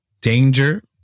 danger